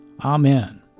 Amen